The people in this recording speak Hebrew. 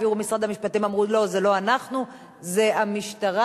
במשרד המשפטים אמרו, לא, זה לא אנחנו, זה המשטרה.